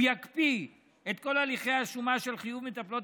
הוא יקפיא את כל הלכי השומה של חיוב מטפלות